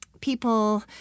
people